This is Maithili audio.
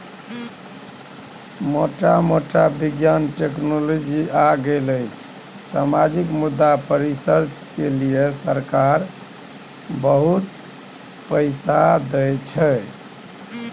मोटा मोटी बिज्ञान, टेक्नोलॉजी आ सामाजिक मुद्दा पर रिसर्च केँ सरकार पाइ दैत छै